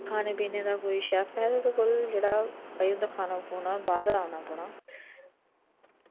खाने पीने दा कोई शेफ ऐ तुंदे कोल जेह्ड़ा ते इंदा खाना बाहर दा मंगवाना पौना